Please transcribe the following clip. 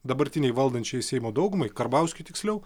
dabartinei valdančiajai seimo daugumai karbauskiui tiksliau